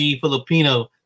Filipino